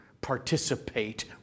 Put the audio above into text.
participate